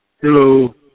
Hello